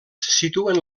situen